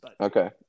Okay